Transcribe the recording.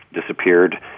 disappeared